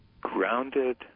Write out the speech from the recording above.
grounded